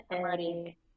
ready